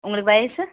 உங்களுக்கு வயது